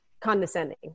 condescending